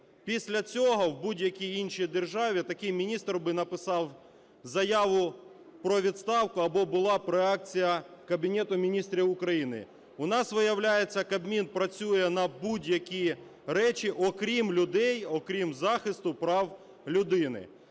Після цього в будь-якій іншій державі такий міністр би написав заяву про відставку або була б реакція Кабінету Міністрів України. У нас, виявляється, Кабмін працює на будь-які речі, окрім людей, окрім захисту прав людини.